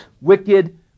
wicked